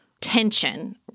tension